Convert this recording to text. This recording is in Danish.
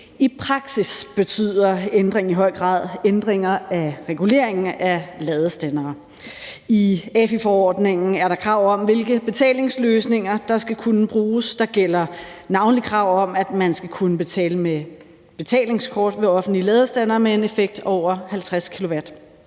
I praksis betyder ændringen i høj grad ændringer af reguleringen af ladestandere. I AFI-forordningen er der krav om, hvilke betalingsløsninger der skal kunne bruges. Der gælder navnlig krav om, at man skal kunne betale med betalingskort ved offentlige ladestandere med en effekt på over 50 kW.